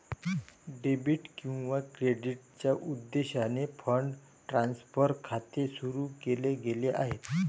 debit किंवा क्रेडिटच्या उद्देशाने फंड ट्रान्सफर खाते सुरू केले गेले आहे